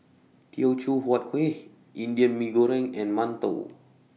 Teochew Huat Kueh Indian Mee Goreng and mantou